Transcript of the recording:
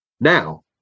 now